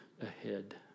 ahead